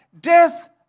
Death